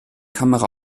kamera